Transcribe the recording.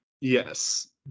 yes